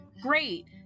great